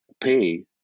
pay